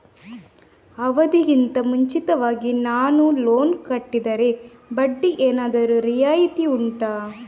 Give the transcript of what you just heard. ಅವಧಿ ಗಿಂತ ಮುಂಚಿತವಾಗಿ ನಾನು ಲೋನ್ ಕಟ್ಟಿದರೆ ಬಡ್ಡಿ ಏನಾದರೂ ರಿಯಾಯಿತಿ ಉಂಟಾ